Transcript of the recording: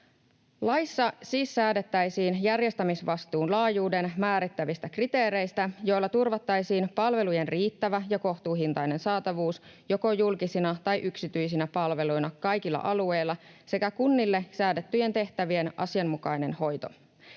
Laissa siis säädettäisiin järjestämisvastuun laajuuden määrittävistä kriteereistä, joilla turvattaisiin palvelujen riittävä ja kohtuuhintainen saatavuus joko julkisina tai yksityisinä palveluina kaikilla alueilla sekä kunnille säädettyjen tehtävien asianmukainen hoito.